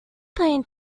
playing